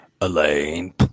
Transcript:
Elaine